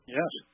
yes